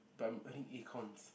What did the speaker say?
but I'm earning acorns